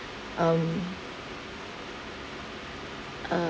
um uh